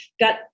got